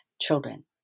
children